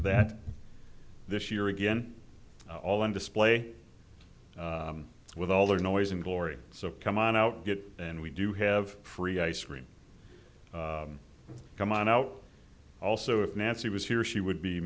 that this year again all on display with all their noise and glory so come on out get and we do have free ice cream come on out also if nancy was here she would be